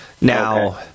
Now